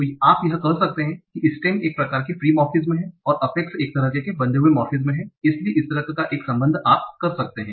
तो आप कह सकते हैं कि स्टेम एक प्रकार के फ्री मोर्फेमस और अफेक्स एक तरह के बंधे हुए मोर्फेमस हैं इसलिए इस तरह का एक संबंध आप कर सकते हैं